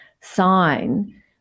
sign